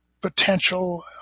potential